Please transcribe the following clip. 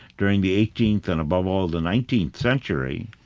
during the eighteenth and above all the nineteenth century,